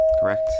correct